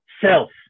self